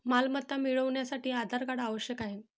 मालमत्ता मिळवण्यासाठी आधार कार्ड आवश्यक आहे